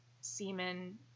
semen